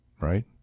right